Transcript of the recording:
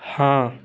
हाँ